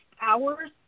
hours